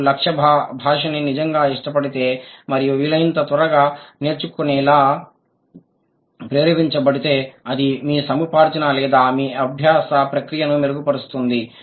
మీరు లక్ష్య భాషని నిజంగా ఇష్టపడితే మరియు వీలైనంత త్వరగా నేర్చుకునేలా ప్రేరేపించబడితే అది మీ సముపార్జన లేదా మీ అభ్యాస ప్రక్రియను మెరుగుపరుస్తుంది